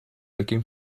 looking